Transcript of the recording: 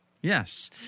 Yes